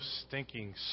stinking